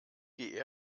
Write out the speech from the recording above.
die